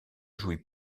jouit